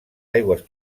aigües